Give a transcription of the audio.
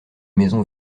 maison